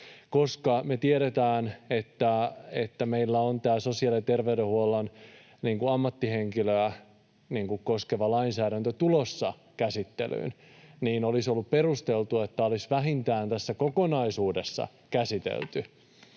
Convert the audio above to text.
Kun me tiedetään, että meillä on tämä sosiaali- ja terveydenhuollon ammattihenkilöitä koskeva lainsäädäntö tulossa käsittelyyn, niin olisi ollut perusteltua, että tämä olisi vähintään tässä kokonaisuudessa käsitelty.